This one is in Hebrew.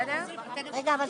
אנחנו